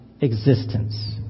existence